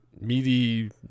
meaty